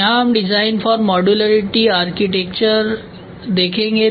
तो यहां हम डिज़ाइन फॉर मॉडुलरिटी आर्किटेक्चर देखेंगे